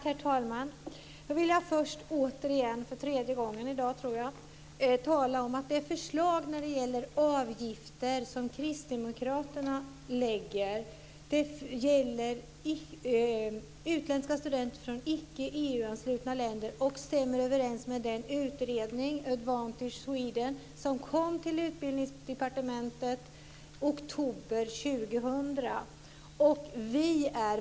Herr talman! Återigen - för tredje gången i dag, tror jag - vill jag säga att det förslag om avgifterna som Kristdemokraterna lägger fram gäller utländska studenter från icke EU-anslutna länder och stämmer överens med den utredning, Advantage Sweden, som i oktober 2000 kom till Utbildningsdepartementet.